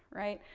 right.